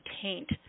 taint